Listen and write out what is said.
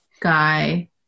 guy